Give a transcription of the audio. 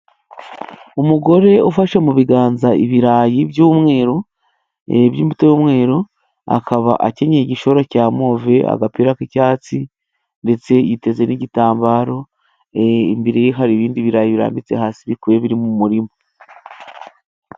Umugore ufashe mu biganza ibirayi by'umweru, yarebye imbuto y'umweru, akaba akenyeye igishora cya move, agapira k'icyatsi, ndetse yiteze n'igitambaro, imbere ye hari ibindi birayi birambitse hasi bikuye biri mu murima.